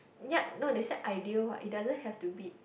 ya no they say ideal what it doesn't have to be